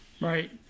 Right